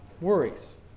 worries